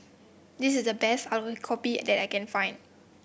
this is the best Aloo Gobi that I can find